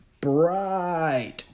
bright